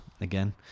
again